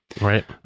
right